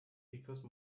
because